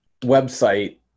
website